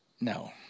no